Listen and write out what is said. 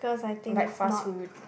like fast food